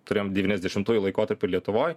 turėjom devyniasdešimtūjų laikotarpiu lietuvoj